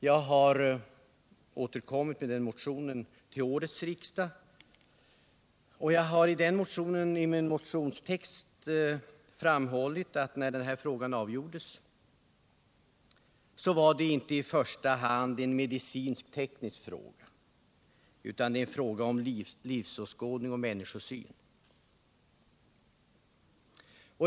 Jag har återkommit med en motion i det ärendet till årets riksdag. Jag har i motionen framhållit att när denna fråga avgjordes så var det i första hand inte en medicinsk-teknisk fråga utan en fråga om livsåskådning och människosyn.